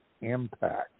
impact